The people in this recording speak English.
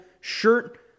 shirt